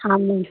ಹಾಂ ಮ್ಯಾಮ್